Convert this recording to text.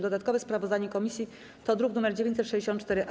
Dodatkowe sprawozdanie komisji to druk nr 964-A.